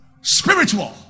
spiritual